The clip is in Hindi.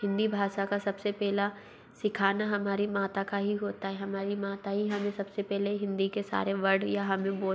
हिन्दी भाषा का सब से पेहला सिखाना हमारे माता का ही होता है हमारी माता ही हमें सब से पहले हिन्दी के सारे वर्ड या हमें बोलना